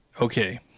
Okay